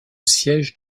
siège